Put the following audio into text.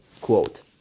quote